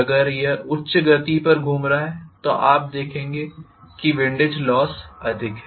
अगर यह उच्च गति पर घूम रहा है तो आप देखेंगे कि विंडेज लोस अधिक हैं